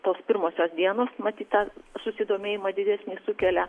tos pirmosios dienos matyt tą susidomėjimą didesnį sukelia